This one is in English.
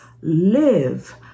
live